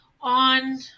On